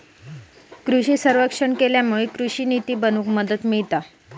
कृषि सर्वेक्षण केल्यामुळे कृषि निती बनवूक मदत मिळता